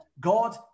God